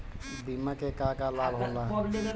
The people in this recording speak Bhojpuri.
बिमा के का का लाभ होला?